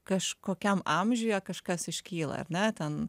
kažkokiam amžiuje kažkas iškyla ar ne ten